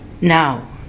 now